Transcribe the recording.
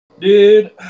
Dude